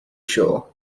sure